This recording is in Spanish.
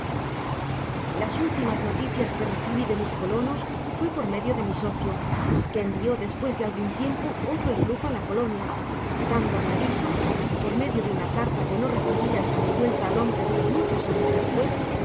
las últimas noticias que recibi de mis colonos fué por medio de mi sócio que envió despues de algun tiempo otro sloop á la colonia dándome aviso por medio de una carta que no recibi hasta mi vuelta á lóndres muchos años despues que